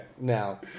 now